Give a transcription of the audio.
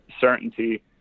certainty